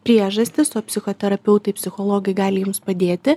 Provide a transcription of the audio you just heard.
priežastis o psichoterapeutai psichologai gali jums padėti